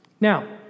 Now